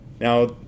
Now